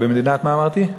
במדינת מה אמרתי?